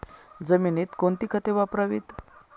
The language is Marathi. जमिनीत कोणती खते वापरावीत?